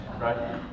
right